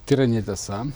tai yra netiesa